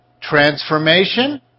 transformation